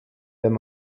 wenn